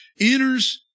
enters